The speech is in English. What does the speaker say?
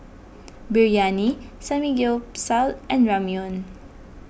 Biryani Samgyeopsal and Ramyeon